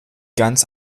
ganz